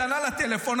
ענה לטלפון,